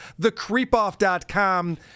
thecreepoff.com